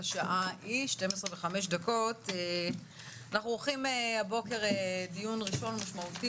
אנחנו עורכים דיון ראשון משמעותי,